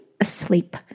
asleep